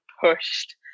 pushed